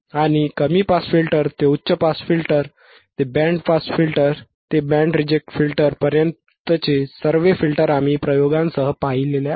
आणि कमी pass filter ते उच्च पास फिल्टर ते बँड पास फिल्टर ते बँड रिजेक्ट फिल्टर पर्यंतचे सर्व फिल्टर आम्ही प्रयोगांसह पाहिले आहेत